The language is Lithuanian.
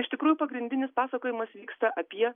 iš tikrųjų pagrindinis pasakojimas vyksta apie